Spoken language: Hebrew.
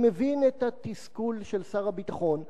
אני מבין את התסכול של שר הביטחון.